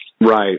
Right